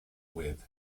with